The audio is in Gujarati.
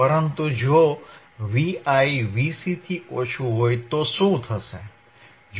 પરંતુ જો Vi Vc થી ઓછું હોય તો શું થશે